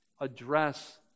address